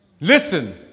Listen